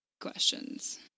questions